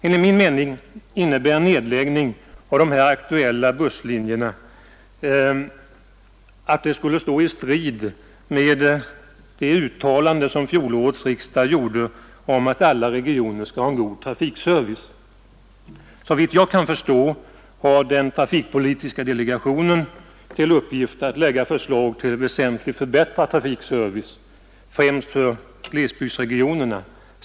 Enligt min mening skulle en nedläggning av de här aktuella busslinjerna stå i strid med det uttalande som fjolårets riksdag gjorde om att alla regioner skall ha en god trafikservice. Såvitt jag kan förstå har den trafikpolitiska delegationen till uppgift att lägga fram förslag till väsentligt förbättrad trafikservice för glesbygdsregionerna.